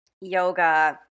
yoga